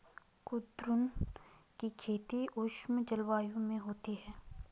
कुद्रुन की खेती उष्ण जलवायु में होती है